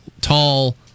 tall